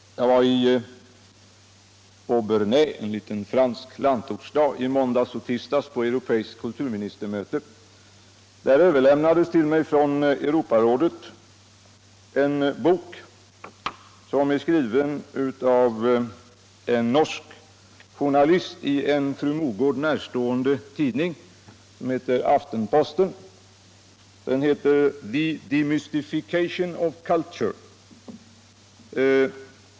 Jag var i Obernai, en liten fransk landsortsstad. i måndags och tisdags på ett europeiskt utbildningsministermöte. Där överlämnades till mig från Europarådet en bok, som är skriven av en norsk journalist i en fru Mogård närstående tidning, nämligen Aftenposten. Boken heter The demystification of culture.